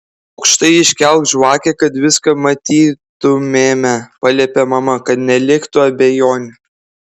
aukštai iškelk žvakę kad viską matytumėme paliepė mama kad neliktų abejonių